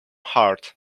heart